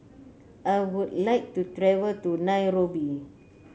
I would like to travel to Nairobi